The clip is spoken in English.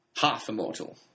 half-immortal